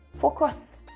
Focus